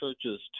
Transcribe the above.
churches